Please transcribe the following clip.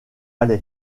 malais